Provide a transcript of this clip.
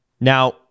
now